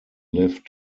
lived